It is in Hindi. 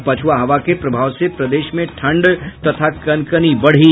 और पछुआ हवा के प्रभाव से प्रदेश में ठंड तथा कनकनी बढ़ी